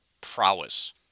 prowess